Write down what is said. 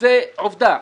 זאת עובדה.